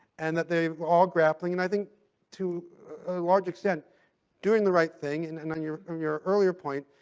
and that they all grappling, and i think to a large extent doing the right thing and and on your your earlier point,